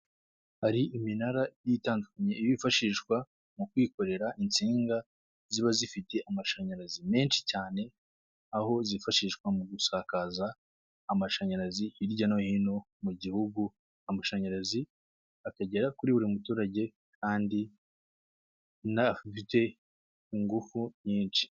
Hari iminara igiye itandukanye iba ifashishwa mu kwikorera insinga ziba zifite amashanyarazi menshi cyane, aho zifashishwa mu gusakaza amashanyarazi hirya no hino mu gihugu, amashanyarazi akagera kuri buri muturage kandi anafite ingufu nyinshi.